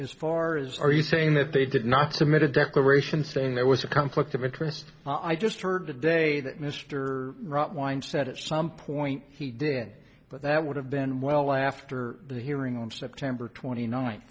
as far as are you saying that they did not submit a declaration saying there was a conflict of interest i just heard today that mr wright wind said at some point he did but that would have been well after the hearing on september twenty nin